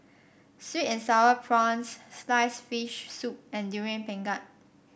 sweet and sour prawns slice fish soup and Durian Pengat